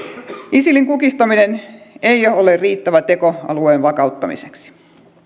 isilin kukistaminen ei ole riittävä teko alueen vakauttamiseksi